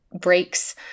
breaks